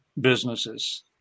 businesses